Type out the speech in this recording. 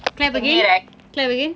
clap again clap again